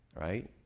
right